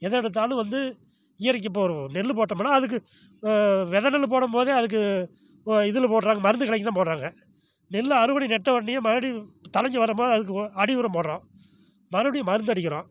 எதை எடுத்தாலும் வந்து இயற்கை இப்போ ஒரு நெல் போட்டோம்னால் அதுக்கு வித நெல் போடும் போதே அதுக்கு வ இதில் போடுறாங்க மருந்து கலக்கி தான் போடுறாங்க நெல் அறுவடை நட்ட ஒடனையும் மறுபடியும் தளஞ்சு வரும்போது அதுக்கு ஒ அடி உரம் போடுறோம் மறுபடியும் மருந்து அடிக்கிறோம்